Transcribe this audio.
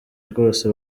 rwose